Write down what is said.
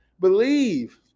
Believe